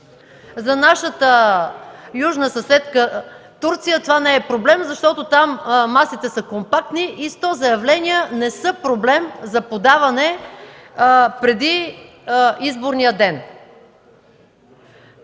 За нашата южна съседка – Турция, това не е проблем, защото там масите са компактни и 100 заявления не са проблем за подаване преди изборния ден.